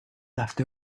left